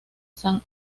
san